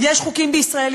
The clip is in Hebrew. יש חוקים בישראל,